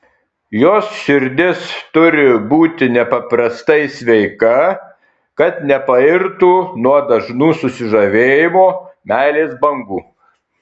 jos širdis turi būti nepaprastai sveika kad nepairtų nuo dažnų susižavėjimo meilės bangų